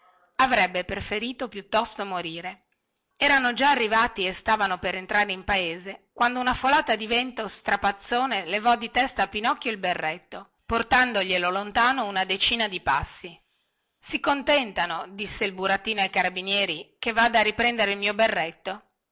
avrebbe preferito piuttosto di morire erano già arrivati e stavano per entrare in paese quando una folata di vento strapazzone levò di testa a pinocchio il berretto portandoglielo lontano una decina di passi si contentano disse il burattino ai carabinieri che vada a riprendere il mio berretto